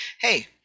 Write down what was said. Hey